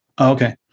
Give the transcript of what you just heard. Okay